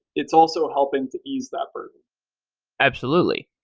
it's also helping to ease effort. absolutely.